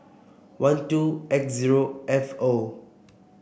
one two X zero F O